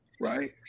Right